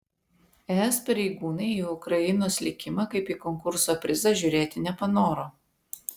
es pareigūnai į ukrainos likimą kaip į konkurso prizą žiūrėti nepanoro